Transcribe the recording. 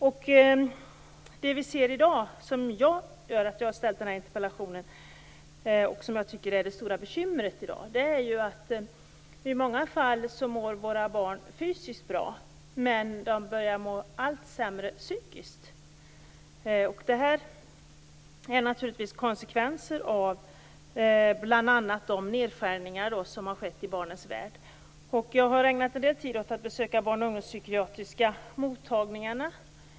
Det stora bekymmer som vi i dag ser och som har gjort att jag har framställt denna interpellation är att våra barn i många fall mår fysiskt bra men att de börjar må allt sämre psykiskt. Detta är naturligtvis konsekvenser bl.a. av de nedskärningar som har skett i barnens värld. Jag har ägnat en del tid åt att besöka barn och ungdomspsykiatriska mottagningar.